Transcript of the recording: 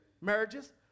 marriages